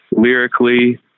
lyrically